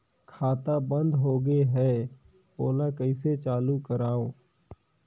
खाता बन्द होगे है ओला कइसे चालू करवाओ?